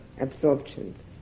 absorptions